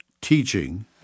teaching